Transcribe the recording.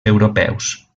europeus